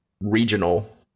regional